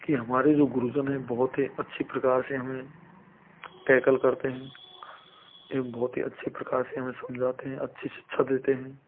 कि हमारे जो गुरुजन हैं बहुत अच्छी प्रकार से हमें टेकल करते हैं एक बहुत ही अच्छी प्रकार से हमें समझाते हैं अच्छी शिक्षा देते हैं